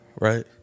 right